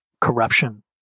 corruption